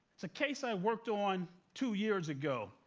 it's a case i worked on two years ago.